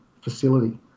facility